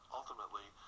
ultimately